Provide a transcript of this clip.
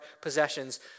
possessions